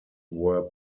were